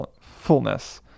fullness